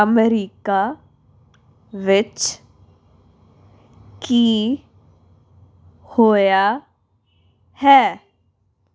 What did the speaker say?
America ਵਿੱਚ ਕੀ ਹੋਇਆ ਹੈ